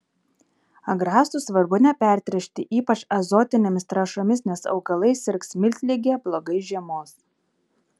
agrastų svarbu nepertręšti ypač azotinėmis trąšomis nes augalai sirgs miltlige blogai žiemos